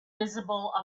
visible